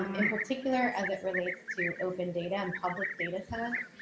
in particular as it relates to open data and public data sets.